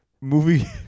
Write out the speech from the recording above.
Movie